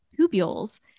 tubules